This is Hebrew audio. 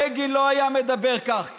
בגין לא היה מדבר כך,